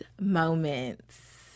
moments